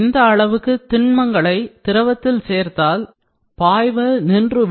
இந்த அளவுக்கு திண்மங்களை திரவத்தில் சேர்த்தால் பாய்வு நின்றுவிடும்